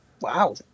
Wow